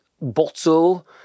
bottle